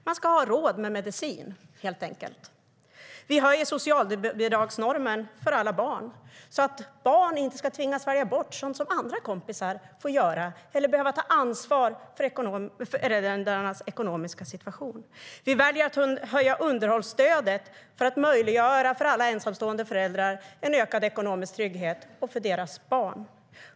Man ska ha råd med medicin, helt enkelt. Vi väljer att höja underhållsstödet för att möjliggöra ökad ekonomisk trygghet för alla ensamstående föräldrar och deras barn.